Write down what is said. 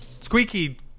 Squeaky